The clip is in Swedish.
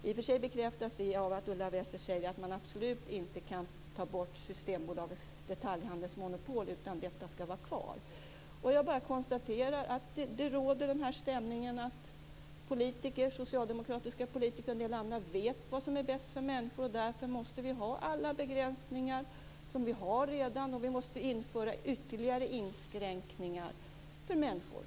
I och för sig bekräftas det av att Ulla Wester säger att man absolut inte kan ta bort Systembolagets detaljhandelsmonopol, utan detta skall vara kvar. Jag bara konstaterar att den stämning som råder är att socialdemokratiska politiker och en del andra vet vad som är bäst för människor, och därför måste vi ha alla begränsningar som vi redan har, och vi måste införa ytterligare inskränkningar för människor.